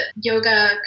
yoga